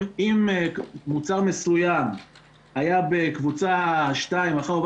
אם מוצר מסוים היה בקבוצה 2 ואחר כך עבר